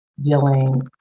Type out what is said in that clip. dealing